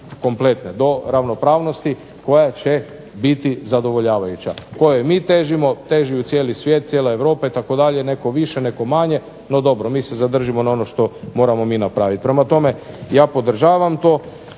dođe do ravnopravnosti koja će biti zadovoljavajuća kojoj mi težimo, teži joj cijeli svijet, cijela Europa itd. netko više, netko manje. No dobro, mi se zadržimo što moramo mi napraviti. Prema tome, ja podržavam to